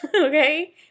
okay